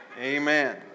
amen